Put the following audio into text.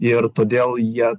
ir todėl jie